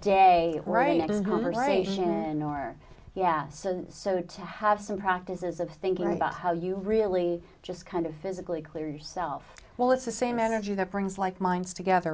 day re examination in or yeah so so to have some practices of thinking about how you really just kind of physically clear yourself well it's the same energy that brings like minds together